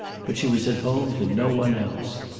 but she was at home to no one else.